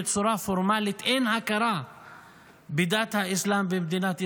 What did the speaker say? בצורה פורמלית אין הכרה בדת האסלאם במדינת ישראל.